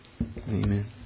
Amen